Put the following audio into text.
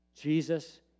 Jesus